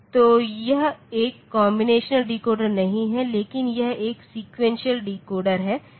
तो यह एक कॉम्बिनेशन डिकोडर नहीं है लेकिन यह एक सेकेक़ुएन्टिअल डिकोडर है